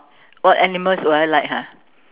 what animals do I like ha